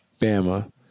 Bama